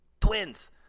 Twins